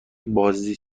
بازدید